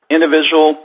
Individual